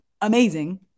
amazing